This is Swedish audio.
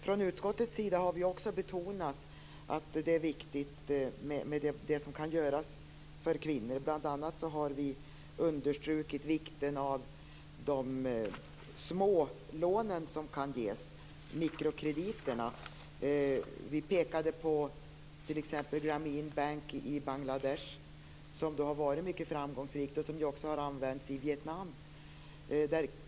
Från utskottets sida har vi också betonat vikten av det som kan göras för kvinnor. Bl.a. har vi understrukit vikten av de små lånen, mikrokrediterna, som kan ges. Vi pekade på exemplet med Grameen Bank i Bangladesh, som har varit mycket framgångsrikt och som också har använts i Vietnam.